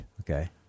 Okay